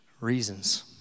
reasons